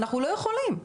אנחנו לא יכולים להתעלם.